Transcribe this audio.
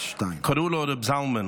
קראו לו רב זלמן.